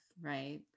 Right